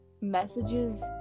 messages